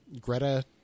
Greta